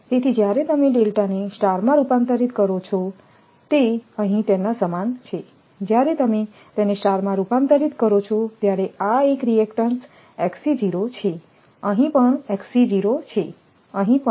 તેથી જ્યારે તમે ડેલ્ટાને સ્ટારમાં રૂપાંતરિત કરો છોતે અહીં તેના સમાન છે જ્યારે તમે તેને સ્ટારમાં રૂપાંતરિત કરો છો ત્યારે આ એક રિએક્ટન્ટ્સ છે અહીં પણ છે અહીં પણ